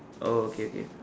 oh okay okay